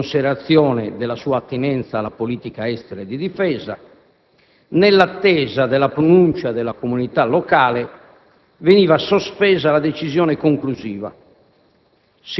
in considerazione della sua attinenza alla politica estera e di difesa, nell'attesa della pronuncia della comunità locale, veniva sospesa la decisione conclusiva.